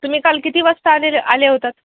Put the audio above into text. तुम्ही काल किती वाजता आलेले आले होतात